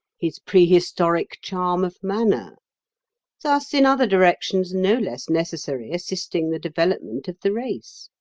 his prehistoric charm of manner thus in other directions no less necessary assisting the development of the race.